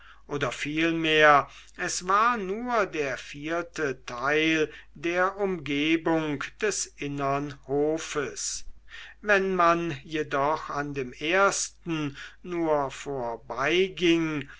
oder vielmehr es war nur der vierte teil der umgebung des innern hofes wenn man jedoch an dem ersten nur vorbeiging